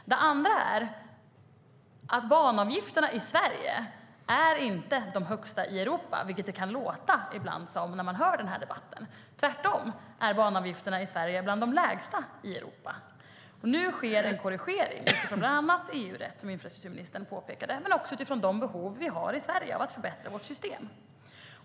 Vidare är banavgifterna i Sverige inte de högsta i Europa, vilket det ibland kan låta som när man lyssnar på debatten. Tvärtom är banavgifterna i Sverige bland de lägsta i Europa. Nu sker en korrigering bland annat med utgångspunkt i EU-rätt, som infrastrukturministern påpekade, och utifrån de behov vi har i Sverige av att förbättra vårt system.